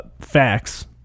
Facts